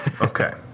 Okay